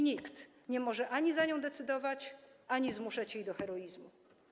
Nikt nie może ani za nią decydować, ani zmuszać jej do heroizmu.